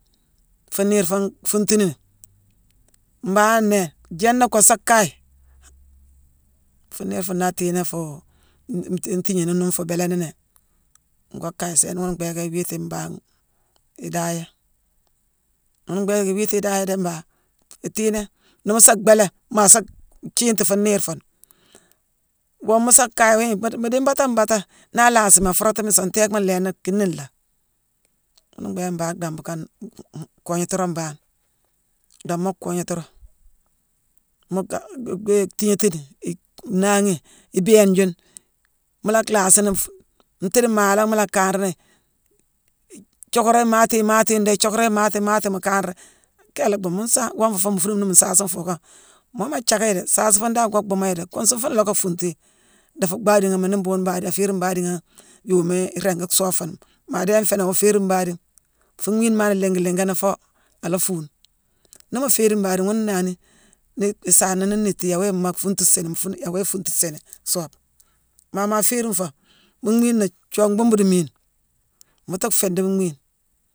Fuune niir fuune fuuntuni, mbanghane nnéé jééna goosa kaye, fuune niir fuune naa tiiné fuu-n-n- ntiignéni nuune fuu bééléni ni, ngoo kaye sééne. Ghuna mbhééké iwiiti mbangh idaaya. Ghuna mbhééké iwiiti idaaya déé mbangh. Itiiné, nii mu sa bhéélé, maasa thiinti fuune niir fuune, womma sa kaye hii mu dii mbaata mbaata naa laasimi, afuurami song, téégma nlééni, kiina nlaa. Ghuna mbhééké mbangh dhambu kane-u- koognéti roog mbangh. Dhamma koognééti roog. Mu-ka-dé-thiignéétini-i- naaghi, ibééne juune mu la lhaasini, ntiidi maalangh mu la kanrani, ithioockoro imaati imaati yuune déck dii thiockoro imaati imaati mu kanré, ak kééla laa bhuu-mu-nsaa- wonfu fuune mu fuunume ni mu nsaasi nfuukane. Moo maa thiackayi déé, saasi fuune dan woo bhuumo yi déck. Kuunsu fuuna lacka fuuntu yi dii fuu bhaadighoma. Nii mbhuughune baadi-aféérine baadighone yooma iringi soobe fooni. Maa adééne féé nangh, awoo féérine baadigh, fuu mhiine maa la liinga liingani foo ala fuune. Nii mu féérine baadigh, ghune naani nii-isaana nu niitti; yoowo yéé mmaa fuuntu siini, yaawoo yéé fuuntu siini soobe. Maa ma féérine foo, mu mhiina thiongh bhuubu dii miine. Mu tuu fiindi mu mhiine.